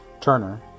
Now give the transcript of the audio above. Turner